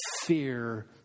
fear